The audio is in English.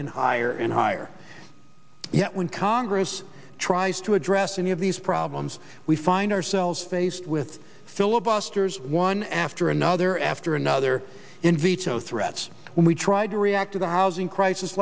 and higher and higher yet when congress tries to address any of these problems we find ourselves faced with filibusters one after another after another in veto threats when we tried to react to the housing cri